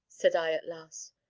said i at last.